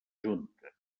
junta